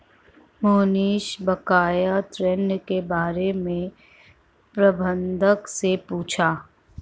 मोहनीश बकाया ऋण के बारे में प्रबंधक से पूछा